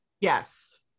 Yes